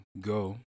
go